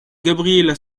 gabriela